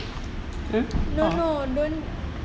no no don't